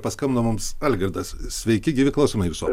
paskambino mums algirdas sveiki gyvi klausome jūsų